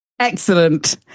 Excellent